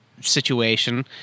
situation